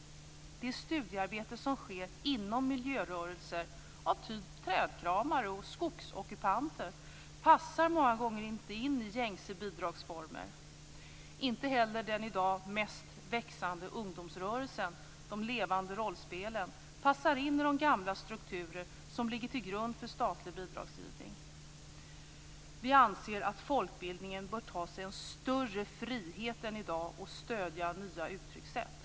Det studiearbete som sker inom miljörörelser av typ trädkramare och skogsockupanter passar många gånger inte in i gängse bidragsformer. Inte heller den i dag mest växande ungdomsrörelsen - de levande rollspelen - passar in i de gamla strukturer som ligger till grund för statlig bidragsgivning. Vi anser att folkbildningen bör ta sig en större frihet än i dag när det gäller att stödja nya uttryckssätt.